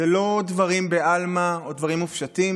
אלה לא דברים בעלמא או דברים מופשטים,